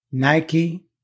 Nike